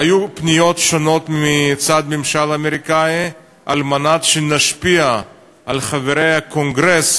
היו פניות שונות מצד הממשל האמריקני על מנת שנשפיע על חברי הקונגרס,